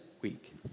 week